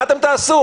מה אתם תעשו?